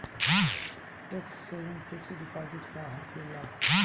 Tax saving fix deposit का होखे ला?